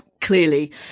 clearly